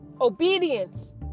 Obedience